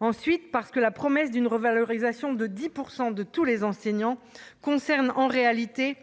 ensuite parce que la promesse d'une revalorisation de 10 pour 100 de tous les enseignants concerne en réalité